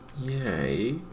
Yay